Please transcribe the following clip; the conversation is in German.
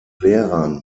lehrern